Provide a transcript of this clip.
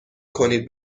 کنید